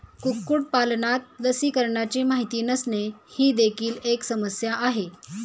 कुक्कुटपालनात लसीकरणाची माहिती नसणे ही देखील एक समस्या आहे